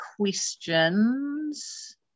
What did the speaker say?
questions